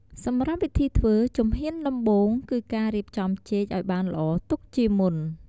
សម្រាប់វិធីធ្វើ ជំហានដំបូង គឺការរៀបចំចេកអោយបានល្អទុកជាមុន។